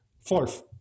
fourth